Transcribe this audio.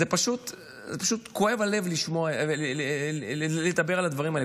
פשוט כואב הלב לדבר על הדברים האלה.